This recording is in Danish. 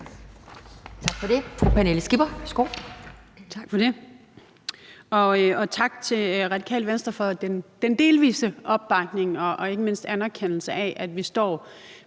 Tak for det.